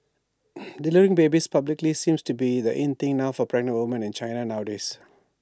delivering babies publicly seems to be the in thing now for pregnant women in China nowadays